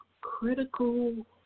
critical